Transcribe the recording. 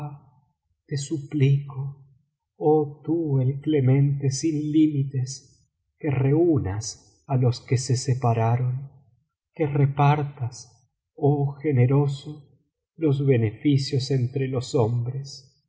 te suplico oh tú el clemente sin limites que reunas á los que se separaron que repartas oh generoso los beneficios entre los hombres